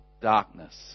darkness